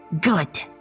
Good